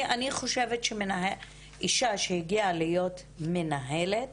אני חושבת שאישה שהגיעה להיות מנהלת